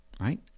right